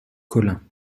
collin